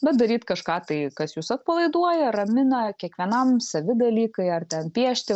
bet daryt kažką tai kas jus atpalaiduoja ramina kiekvienam savi dalykai ar ten piešti